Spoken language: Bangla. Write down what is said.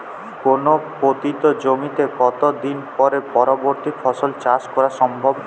কোনো পতিত জমিতে কত দিন পরে পরবর্তী ফসল চাষ করা সম্ভব?